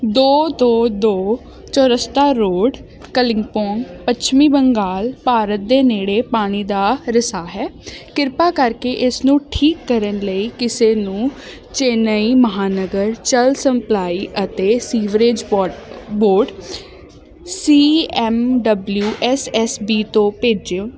ਦੋ ਦੋ ਦੋ ਚੁਰੱਸਤਾ ਰੋਡ ਕਲਿੰਗਪੋਨ ਪੱਛਮੀ ਬੰਗਾਲ ਭਾਰਤ ਦੇ ਨੇੜੇ ਪਾਣੀ ਦਾ ਰਿਸਾਅ ਹੈ ਕਿਰਪਾ ਕਰਕੇ ਇਸ ਨੂੰ ਠੀਕ ਕਰਨ ਲਈ ਕਿਸੇ ਨੂੰ ਚੇਨੱਈ ਮਹਾਂਨਗਰ ਜਲ ਸਪਲਾਈ ਅਤੇ ਸੀਵਰੇਜ ਬੋ board C M W S S B ਤੋਂ ਭੇਜਿਓ